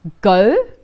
go